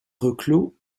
reclos